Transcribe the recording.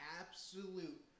absolute